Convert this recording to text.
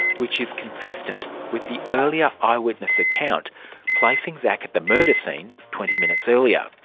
which is consistent with the earlier eyewitness account placing szach at the murder scene twenty minutes earlier.